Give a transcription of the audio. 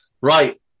Right